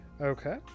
Okay